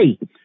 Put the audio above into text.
hey